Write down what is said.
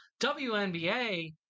WNBA